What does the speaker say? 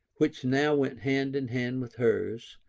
which now went hand in hand with hers,